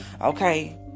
okay